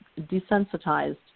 desensitized